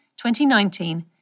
2019